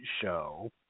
show